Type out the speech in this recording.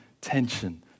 tension